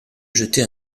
jeter